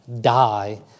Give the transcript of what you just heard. die